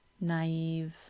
naive